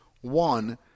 One